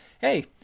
hey